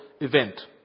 event